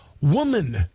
woman